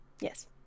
Yes